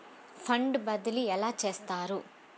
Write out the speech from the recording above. Fund బదిలీ ఎలా చేస్తారు?